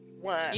one